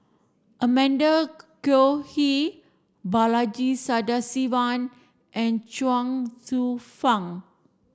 Amanda Koe Lee Balaji Sadasivan and Chuang Hsueh Fang